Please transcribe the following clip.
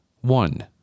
one